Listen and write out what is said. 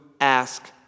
ask